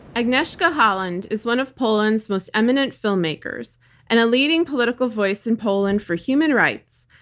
agnieszka holland is one of poland's most eminent filmmakers and a leading political voice in poland for human rights.